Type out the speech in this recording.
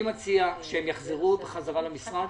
אני מציע שהם יחזרו למשרד,